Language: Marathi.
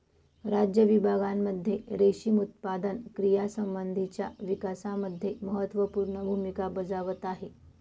राज्य विभागांमध्ये रेशीम उत्पादन क्रियांसंबंधीच्या विकासामध्ये महत्त्वपूर्ण भूमिका बजावत आहे